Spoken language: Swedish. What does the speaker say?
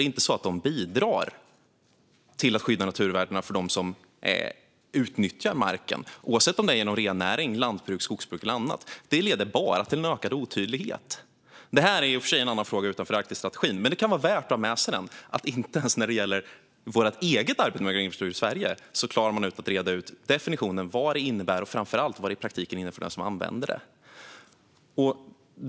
Det är inte så att de bidrar till att skydda naturvärden för dem som utnyttjar marken, oavsett om det är inom rennäring, lantbruk, skogsbruk eller annat. De leder bara till en ökad otydlighet. Detta är i och för sig en fråga utanför Arktisstrategin. Men det kan vara värt att ha med sig den. Inte ens när det gäller vårt eget arbete med en grön infrastruktur i Sverige klarar man av att reda ut definitionen av vad den innebär, framför allt vad den i praktiken innebär för den som använder den.